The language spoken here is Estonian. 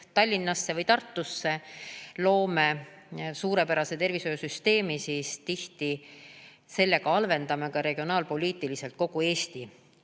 Tallinnasse või Tartusse loome suurepärase tervishoiusüsteemi, siis tihti halvendame sellega regionaalpoliitiliselt kogu Eesti